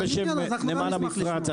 בשם נמל המפרץ,